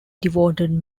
devoted